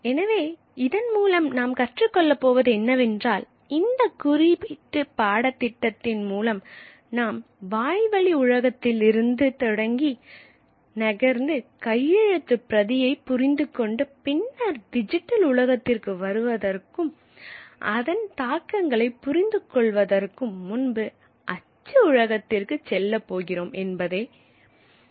எனவே இதன் மூலம் நாம் கற்றுக்கொள்ள போவது என்னவென்றால் இந்த குறிப்பிட்ட பாடத்திட்டத்தின் மூலம் நாம் வாய்வழி உலகத்தில் இருந்து தொடங்கி நகர்ந்து கையெழுத்துப் பிரதியை புரிந்து கொண்டு பின்னர் டிஜிட்டல் உலகத்திற்கு வருவதற்கும் அதன் தாக்கங்களை புரிந்து கொள்வதற்கு முன்பு அச்சு உலகிற்கு செல்லப் போகிறோம் என்பதை தான்